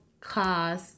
cars